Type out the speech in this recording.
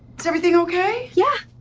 is everything ok? yeah.